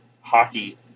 hockey